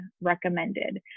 recommended